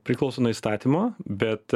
priklauso nuo įstatymo bet